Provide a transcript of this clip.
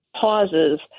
pauses